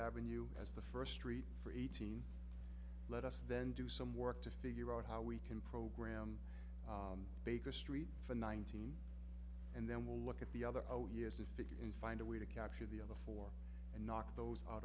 you as the first street for eighteen let us then do some work to figure out how we can program baker street for nineteen and then we'll look at the other oh years to figure in find a way to capture the other and knock those out